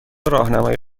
راهنمایی